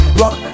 rock